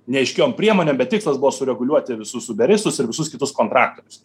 neaiškiom priemonėm bet tikslas buvo sureguliuoti visus uberistus ir visus kitus kontraktorius